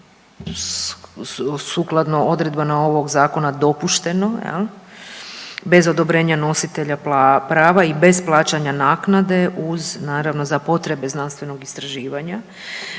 sukladno odredbama ovog zakona dopušteno, jel, bez odobrenja nositelja prava i bez plaćanja naknade uz naravno za potrebe znanstvenog istraživanja.